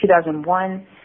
2001